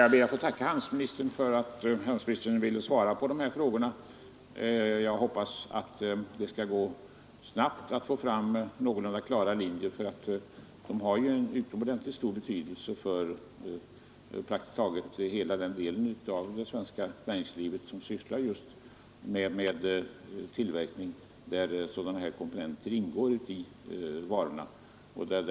Herr talman! Jag ber att få tacka handelsministern för svaret på mina frågor. Jag hoppas att det skall gå snabbt att få fram någorlunda klara linjer. Det är ju av utomordentligt stor betydelse för praktiskt taget hela den del av det svenska näringslivet som sysslar med tillverkning där komponenter av utländskt ursprung ingår i varorna.